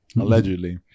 allegedly